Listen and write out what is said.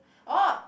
orh